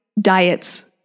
diets